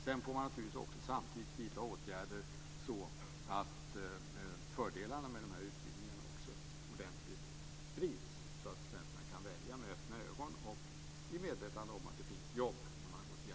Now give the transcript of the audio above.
Sedan får vi naturligtvis samtidigt vidta åtgärder så att fördelarna med dessa utbildningar ordentligt sprids så att studenterna kan välja med öppna ögon och i metvetande om att det finns jobb när de genomgått sin utbildning.